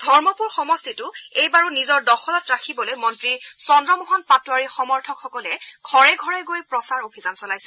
ধৰ্মপুৰ সমষ্টিতো এইবাৰো নিজৰ দখলত ৰাখিবলৈ মন্ত্ৰী চন্দ্ৰমোহন পাটোৱাৰীৰ সমৰ্থকসকলে ঘৰে ঘৰে গৈ প্ৰচাৰ অভিযান চলাইছে